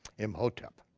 imhotep.